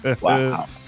wow